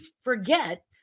forget